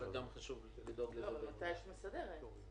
מתי יש ועדה מסדרת?